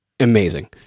amazing